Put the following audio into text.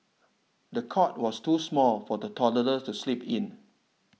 the cot was too small for the toddler to sleep in